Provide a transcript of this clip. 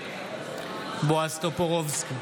בועז טופורובסקי,